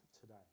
today